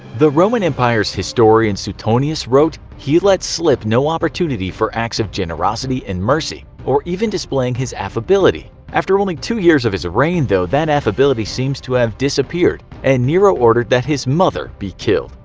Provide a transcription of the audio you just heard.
the roman empire's historian suetonius wrote he let slip no opportunity for acts of generosity and mercy, or even displaying his affability. after only two years of his reign though, that affability seems to have disappeared and nero ordered that his mother be killed.